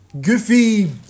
goofy